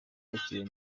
yakiriwe